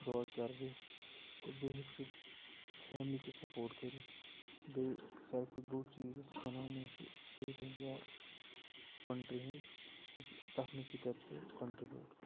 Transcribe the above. روزگار دِتھ تہٕ بیٚیہِ ہیٚکہِ سُہ فیملی تہِ سَپوٹ کٔرِتھ بیٚیہِ ساروی کھۄتہٕ بوٚڑ چیٖز یُس اِکونامی چھِ سٕٹیٹ ہِنٛز یا کوٚنٹرٛی ہِنٛز سُہ تہِ تَتھ منٛز تہِ کَرِ سُہ کونٹرٛبیوٗٹ